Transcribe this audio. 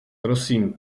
prosím